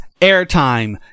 airtime